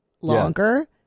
longer